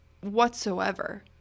whatsoever